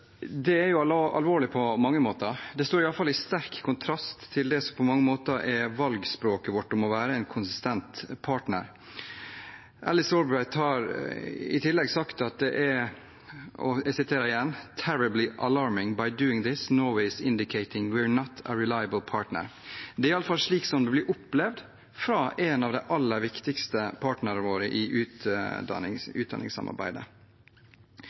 alvorlig på mange måter. Det står iallfall i sterk kontrast til det som på mange måter er valgspråket vårt: å være en konsistent partner. Alice Albright har i tillegg sagt, og jeg siterer igjen: This is terribly alarming. By doing this, Norway is indicating: We’re not a reliable partner. Det er iallfall slik det blir opplevd av en av de aller viktigste partnerne våre i utdanningssamarbeidet.